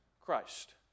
Christ